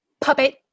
puppet